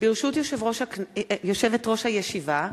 ברשות יושבת-ראש הישיבה,